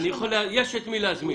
יש את מי להזמין.